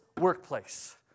workplace